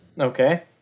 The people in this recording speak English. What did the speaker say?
Okay